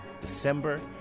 December